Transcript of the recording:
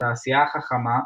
תעשייה חכמה,